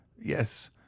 yes